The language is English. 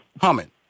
humming